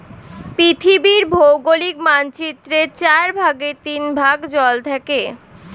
পৃথিবীর ভৌগোলিক মানচিত্রের চার ভাগের তিন ভাগ জল থাকে